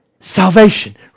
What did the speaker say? salvation